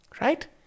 right